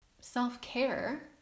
self-care